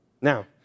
Now